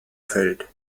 fällt